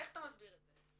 איך אתה מסביר את זה?